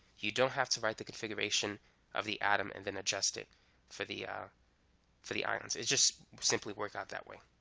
you don't have to write the configuration of the atom and then adjust it for the for the ions. it just simply works out that way.